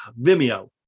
Vimeo